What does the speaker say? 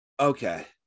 Okay